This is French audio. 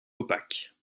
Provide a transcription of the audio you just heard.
opaques